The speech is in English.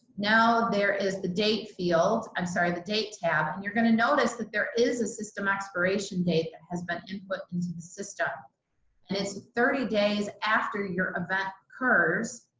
now there is the date field, i'm sorry, the date tab, and you're going to notice that there is a system expiration date that has been input into the system and it's thirty days after your event occurs.